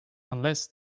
unless